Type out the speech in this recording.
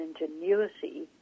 ingenuity